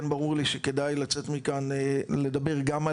כן ברור לי שכדאי לצאת מכאן ולדבר גם על